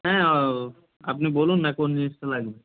হ্যাঁ আপনি বলুন না কোন জিনিসটা লাগবে